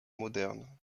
modernes